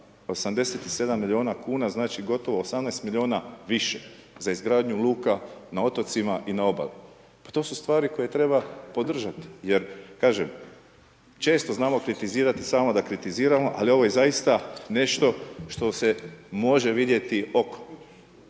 87 miliona kuna znači gotovo 18 miliona više za izgradnju luka na otocima i na obali. Pa to su stvari koje treba podržati jer kažem često znamo kritizirati samo da kritiziramo, ali ovo je zaista nešto što se može vidjeti okom.